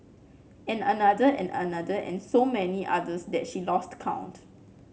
and another and another and so many others that she lost count